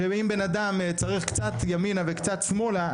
שאם בן אדם צריך קצת ימינה וקצת שמאלה,